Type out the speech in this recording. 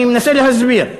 אני מנסה להסביר.